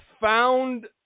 found